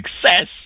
success